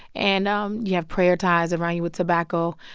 and um you have prayer ties around you with tobacco.